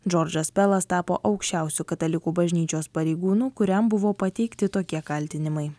džordžas pelas tapo aukščiausiu katalikų bažnyčios pareigūnu kuriam buvo pateikti tokie kaltinimai